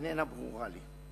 איננה ברורה לי.